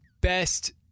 best